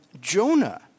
Jonah